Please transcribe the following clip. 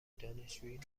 دانشجویی